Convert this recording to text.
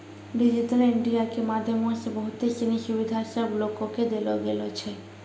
digital India के माध्यमो से बहुते सिनी सुविधा सभ लोको के देलो गेलो छै